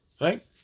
right